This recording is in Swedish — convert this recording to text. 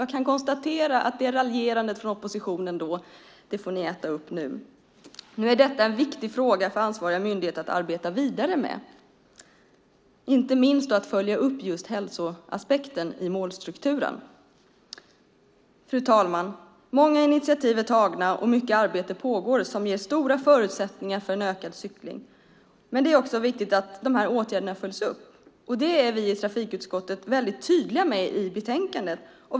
Jag kan konstatera att raljerandet från oppositionen då får man nu äta upp. Nu är detta en viktig fråga för ansvariga myndigheter att arbeta vidare med, inte minst att följa upp just hälsoaspekten i målstrukturen. Fru talman! Många initiativ är tagna, och mycket arbete pågår som ger stora förutsättningar för ökad cykling. Men det är viktigt att dessa åtgärder följs upp. Det är vi i trafikutskottet tydliga med i betänkandet.